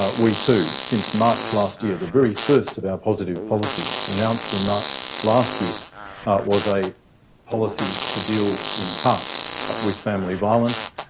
ah we too, since march last year, the very first of our positive policies announced in march last year was a policy to deal in part with family violence.